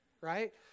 right